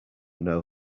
know